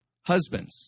husbands